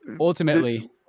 ultimately